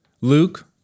Luke